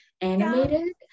animated